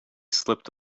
slipped